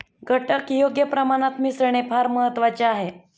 घटक योग्य प्रमाणात मिसळणे फार महत्वाचे आहे